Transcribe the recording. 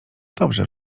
dobrze